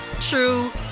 true